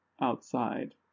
outside